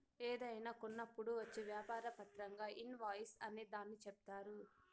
ఏదైనా కొన్నప్పుడు వచ్చే వ్యాపార పత్రంగా ఇన్ వాయిస్ అనే దాన్ని చెప్తారు